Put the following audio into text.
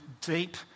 deep